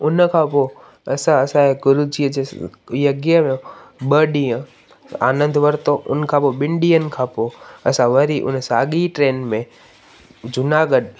उन खां पोइ असां असांजे गुरुजीअ जे यज्ञ में ॿ ॾींहं आनंद वरितो हुन खां पोइ ॿिनि ॾींहंनि खां पोइ असां वरी हुन साॻी ट्रेन में जूनागढ़